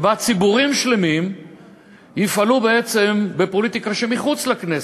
שבה ציבורים שלמים יפעלו בעצם בפוליטיקה שמחוץ לכנסת.